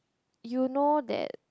you know that